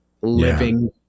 living